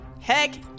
Heck